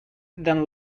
than